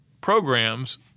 programs